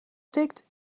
tikt